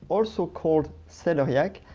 also called celeriac,